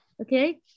Okay